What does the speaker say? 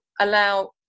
allow